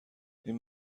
این